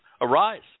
arise